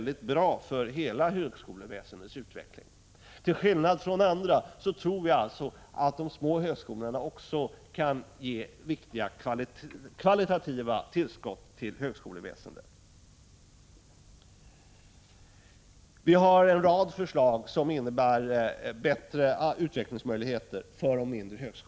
Till skillnad från andra tror vi alltså att de små högskolorna också kan ge viktiga kvalitativa tillskott till högskoleväsendet. Vi har en rad förslag som innebär bättre utvecklingsmöjligheter för de mindre högskolorna.